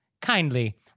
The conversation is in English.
kindly